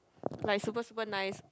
like super super nice